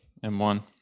M1